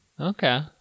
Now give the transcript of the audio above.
okay